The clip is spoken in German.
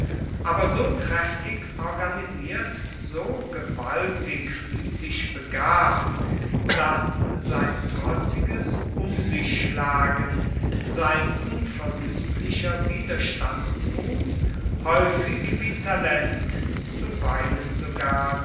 aber so kräftig organisiert so gewaltig physisch begabt daß sein trotziges umsichschlagen sein unverwüstlicher widerstandsmut häufig wie talent zuweilen sogar